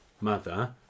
mother